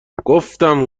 گفتم